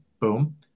Boom